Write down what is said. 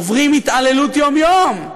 עוברים התעללות יום-יום.